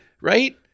right